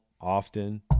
often